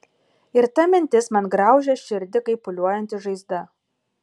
ir ta mintis man graužia širdį kaip pūliuojanti žaizda